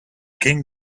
king